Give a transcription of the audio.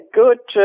good